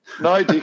No